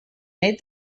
made